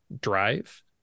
drive